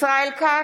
ישראל כץ,